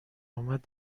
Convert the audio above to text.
اومد